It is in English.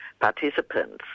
participants